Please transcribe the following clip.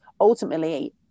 ultimately